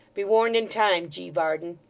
be warned in time, g. varden.